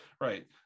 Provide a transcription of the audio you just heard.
right